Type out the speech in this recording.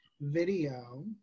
video